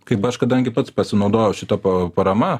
kaip aš kadangi pats pasinaudojau šita pa parama